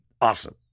awesome